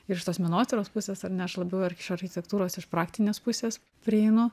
ir iš tos menotyros pusės ar ne aš labiau ar iš architektūros iš praktinės pusės prieinu